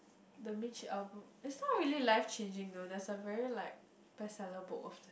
the Mitch-Albom it's not really life changing though that's a very like bestseller book of the